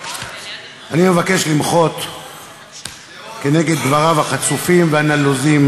אני מבקש למחות כנגד דבריו החצופים והנלוזים